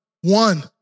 one